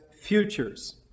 futures